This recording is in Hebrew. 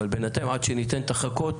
אבל בינתיים עד שניתן את החכות,